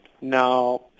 Now